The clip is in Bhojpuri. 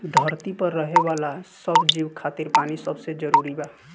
धरती पर रहे वाला सब जीव खातिर पानी सबसे जरूरी बा